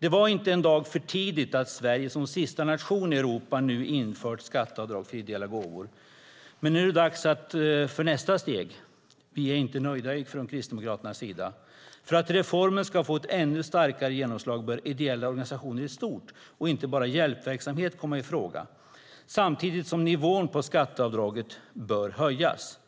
Det var inte en dag för tidigt att Sverige som sista nation i Europa införde skatteavdrag för ideella gåvor. Men nu är det dags för nästa steg. Vi från Kristdemokraterna är inte nöjda. För att reformen ska få ett ännu starkare genomslag bör ideella organisationer i stort och inte bara hjälpverksamhet komma i fråga, samtidigt som nivån på skatteavdraget bör höjas.